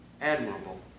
admirable